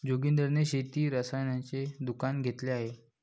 जोगिंदर ने शेती रसायनाचे दुकान घेतले आहे